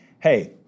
Hey